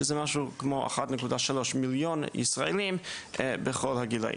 שזה משהו כמו 1.3 מיליון ישראלים בכל הגילאים.